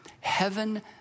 heaven